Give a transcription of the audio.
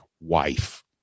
wife